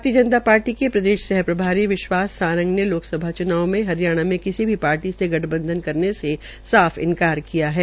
भारतीय जनता पार्टी के प्रदेश सह प्रभारी विश्वास सारंग ने लोकसभा च्नाव में हरियाणा में किसी भी पार्टी से गठबंधन करने में साफ इन्कार कर किया है